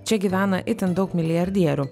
čia gyvena itin daug milijardierių